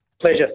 Pleasure